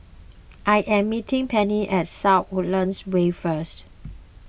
I am meeting Penni at South Woodlands Way first